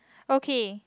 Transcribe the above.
okay